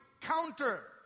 counter